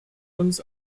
uns